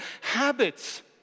habits